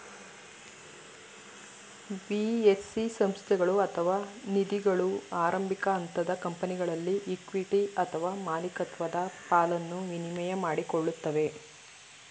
VC ಸಂಸ್ಥೆಗಳು ಅಥವಾ ನಿಧಿಗಳು ಆರಂಭಿಕ ಹಂತದ ಕಂಪನಿಗಳಲ್ಲಿ ಇಕ್ವಿಟಿ ಅಥವಾ ಮಾಲಿಕತ್ವದ ಪಾಲನ್ನ ವಿನಿಮಯ ಮಾಡಿಕೊಳ್ಳುತ್ತದೆ